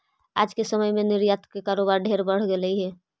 आज के समय में निर्यात के कारोबार ढेर बढ़ गेलई हे